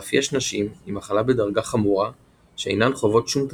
ואף יש נשים עם מחלה בדרגה חמורה שאינן חוות שום תסמינים,